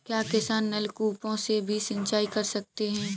क्या किसान नल कूपों से भी सिंचाई कर सकते हैं?